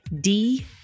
D-